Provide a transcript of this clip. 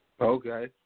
Okay